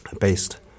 based